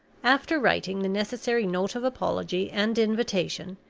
after writing the necessary note of apology and invitation,